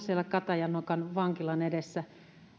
siellä katajanokan vankilan edessä